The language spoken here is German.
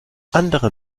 andere